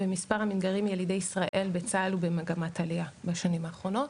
ומספר המתגיירים ילידי ישראל בצה"ל הוא במגמת עלייה בשנים האחרונות.